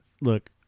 Look